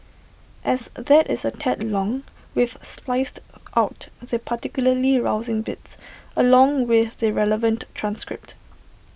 as that is A tad long we've spliced of out the particularly rousing bits along with the relevant transcript